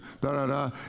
da-da-da